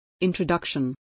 introduction